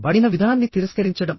బడిన విధానాన్ని తిరస్కరించడం